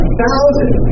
thousand